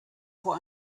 vor